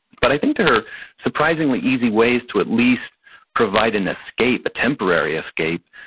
but i think there are surprisingly easy ways to at least provide an escape, a temporary escape.